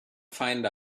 find